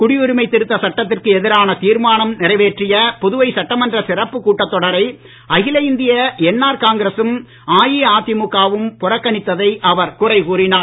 குடியுரிமை திருத்த சட்டத்திற்கு எதிரான தீர்மானம் நிறைவேற்றிய புதுவை சட்டமன்ற சிறப்புக் கூட்டத் தொடரை அகில இந்திய என்ஆர் காங்கிரசும் அஇஅதிமுகவும் புறக்கணித்ததை அவர் குறை கூறினார்